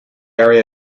area